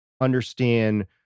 understand